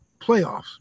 playoffs